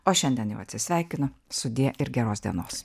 o šiandien jau atsisveikinu sudie ir geros dienos